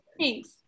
Thanks